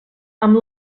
amb